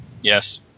Yes